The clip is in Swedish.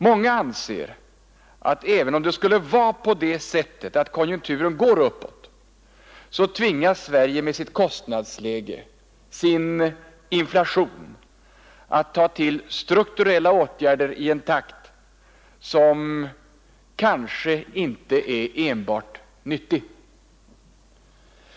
Många anser att även om det skulle vara på det sättet att konjunkturen går uppåt tvingas Sverige med sitt kostnadsläge och sin inflation att ta till strukturella åtgärder i en takt som kanske inte är enbart nyttig.